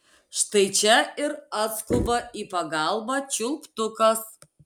štai čia ir atskuba į pagalbą čiulptukas